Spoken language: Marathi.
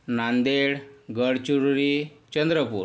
नांदेड गडचिरोली चंद्रपूर